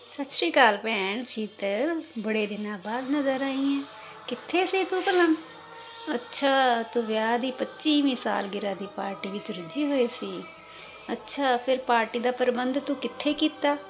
ਸਤਿ ਸ਼੍ਰੀ ਅਕਾਲ ਭੈਣ ਸ਼ੀਤਲ ਬੜੇ ਦਿਨਾਂ ਬਾਅਦ ਨਜ਼ਰ ਆਈ ਹੈ ਕਿੱਥੇ ਸੀ ਤੂੰ ਭਲਾ ਅੱਛਾ ਤੂੰ ਵਿਆਹ ਦੀ ਪੱਚੀਵੀਂ ਸਾਲ ਗਿਰਾਹ ਦੀ ਪਾਰਟੀ ਵਿੱਚ ਰੁਝੇੀ ਹੋਈ ਸੀ ਅੱਛਾ ਫਿਰ ਪਾਰਟੀ ਦਾ ਪ੍ਰਬੰਧ ਤੂੰ ਕਿੱਥੇ ਕੀਤਾ